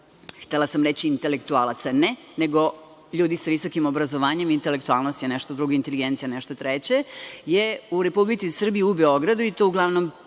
htela sam reći intelektualaca, ne, nego ljudi sa visokim obrazovanjem, intelektualnost je nešto drugo, inteligencija nešto treće, je u Republici Srbiji u Beogradu i to uglavnom